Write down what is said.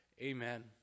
Amen